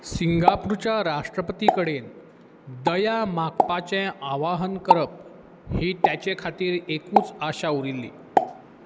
सिंगापुरच्या राष्ट्रपती कडेन दया मागपाचें आवाहन करप ही त्याचे खातीर एकूच आशा उरिल्ली